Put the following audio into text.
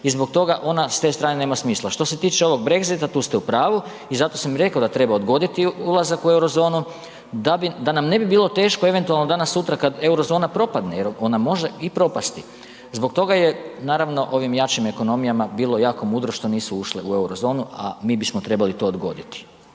i zbog toga ona s te strane nema smisla. Što se tiče ovog Brexita, tu ste u pravu i zato sam i rekao da treba odgoditi ulazak u Euro zonu da nam ne bi bilo teško eventualno danas-sutra kad Euro zona propadne jer ona može i propasti, zbog toga je naravno ovim jačim ekonomijama bilo jako mudro što nisu ušle u Euro zonu a mi bismo trebali to odgoditi.